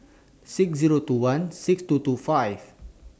six Zero two one six two two five